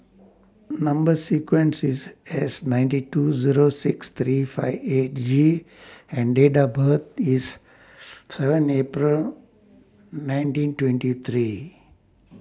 Number sequence IS S ninety two six three five eight G and Date of birth IS seven April nineteen twenty three